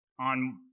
on